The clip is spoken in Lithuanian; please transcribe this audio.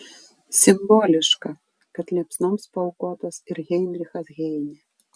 simboliška kad liepsnoms paaukotas ir heinrichas heinė